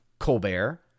Colbert